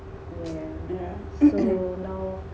yeah